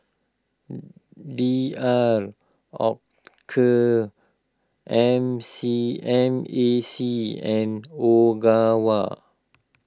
D R Oetker M C M A C and Ogawa